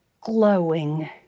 glowing